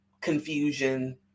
confusion